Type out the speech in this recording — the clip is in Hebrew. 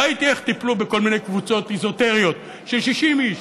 ראיתי איך טיפלו בכל מיני קבוצות אזוטריות של 60 איש,